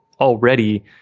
already